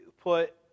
put